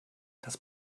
das